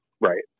Right